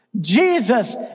Jesus